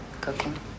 cooking